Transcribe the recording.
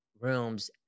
rooms